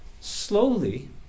slowly